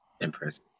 impressive